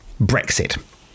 Brexit